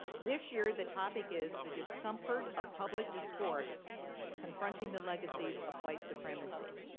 this year the topic is the discomfort of public discourse confronting the legacies of white supremacy.